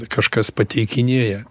kažkas pateikinėja